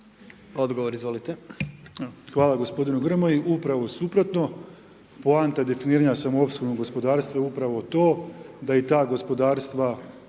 Tomislav (HDZ)** Hvala gospodinu Grmoji. Upravo suprotno, poanta je definiranja samoopskrbnog gospodarstva je upravo to da i ta gospodarstva